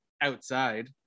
outside